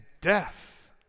death